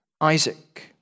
Isaac